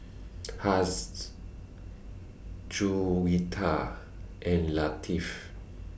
Haziq Juwita and Latif